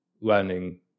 learning